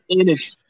energy